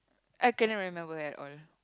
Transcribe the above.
I cannot remember at all